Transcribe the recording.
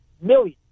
million